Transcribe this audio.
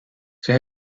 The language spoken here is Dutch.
zij